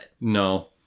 No